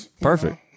perfect